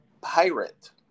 pirate